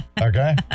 Okay